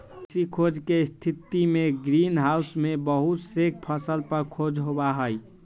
कृषि खोज के स्थितिमें ग्रीन हाउस में बहुत से फसल पर खोज होबा हई